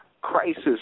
crisis